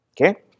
okay